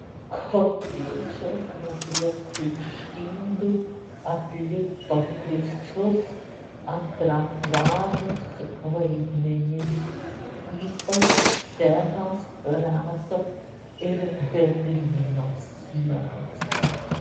kopėčios nepriekaištingai atliko visus antraplanius vaidmenis ypač scenos rato ir berlyno sienos